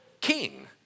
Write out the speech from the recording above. king